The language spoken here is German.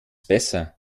besser